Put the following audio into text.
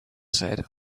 said